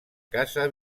casa